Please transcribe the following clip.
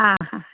आं हां